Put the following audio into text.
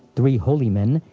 three holy men,